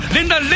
Linda